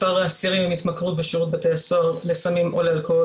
מספר האסירים עם התמכרות בשירות בתי הסוהר לסמים או לאלכוהול